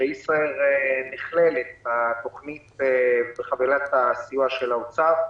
שישראייר נכללת בתוכנית, בחבילת הסיוע של האוצר.